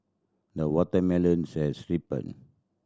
the watermelons has ripened